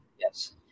Yes